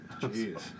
Jeez